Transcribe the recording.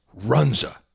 runza